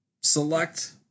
select